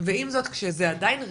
ועם זאת שזאת עדיין רשות,